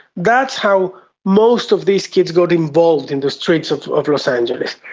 that's how most of these kids got involved in the streets of of los angeles.